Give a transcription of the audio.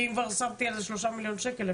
כי אם כבר שמתי על זה 3 מיליון שקל,